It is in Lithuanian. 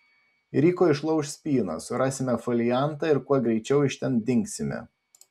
ryko išlauš spyną surasime foliantą ir kuo greičiau iš ten dingsime